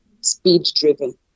speed-driven